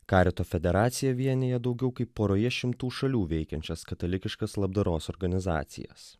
karito federacija vienija daugiau kaip poroje šimtų šalių veikiančias katalikiškas labdaros organizacijas